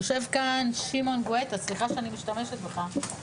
יושב כאן שמעון גואטה, סליחה שאני משתמשת בך,